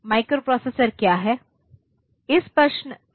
इक्रोप्रोसेसर क्या है